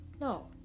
No